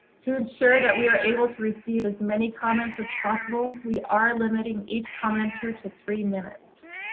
to ensure that we are able to receive as many comments as possible, we are limiting each commenter to three minutes.